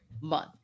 month